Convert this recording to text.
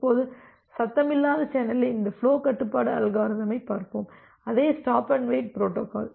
இப்போது சத்தமில்லாத சேனலில் இந்த ஃபுலோ கட்டுப்பாட்டு அல்காரிதம்மைப் பார்ப்போம் அதே ஸ்டாப் அண்டு வெயிட் புரோட்டோகால்